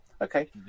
Okay